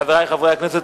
חברי חברי הכנסת.